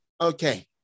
Okay